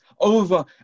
over